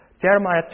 Jeremiah